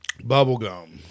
Bubblegum